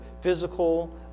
physical